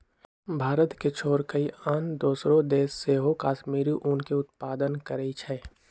भारत के छोर कऽ आन दोसरो देश सेहो कश्मीरी ऊन के उत्पादन करइ छै